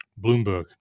Bloomberg